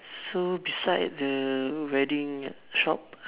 so beside the wedding shop